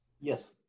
Yes